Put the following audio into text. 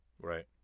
Right